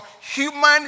human